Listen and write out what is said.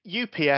UPS